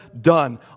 done